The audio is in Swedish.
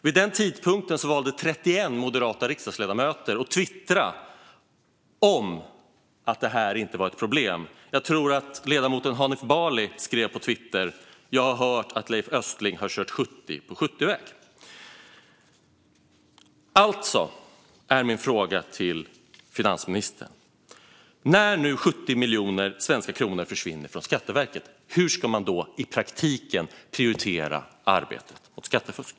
Vid den tidpunkten valde 31 moderata riksdagsledamöter att twittra om att detta inte var ett problem. Jag tror att ledamoten Hanif Bali skrev på Twitter att han hade hört att Leif Östling hade kört i 70 på 70-väg. Min fråga till finansministern är alltså: När nu 70 miljoner svenska kronor försvinner för Skatteverket, hur ska man då i praktiken prioritera arbetet mot skattefusk?